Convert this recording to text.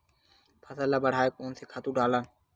फसल ल बढ़ाय कोन से खातु डालन?